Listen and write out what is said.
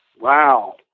Wow